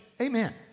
Amen